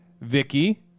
Vicky